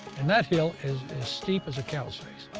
and that hill is as steep as a cow's face.